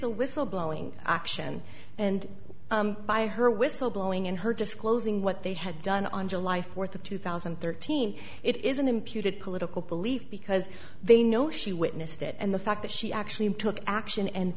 a whistle blowing action and by her whistle blowing and her disclosing what they had done on july fourth of two thousand and thirteen it is an imputed political belief because they know she witnessed it and the fact that she actually took action and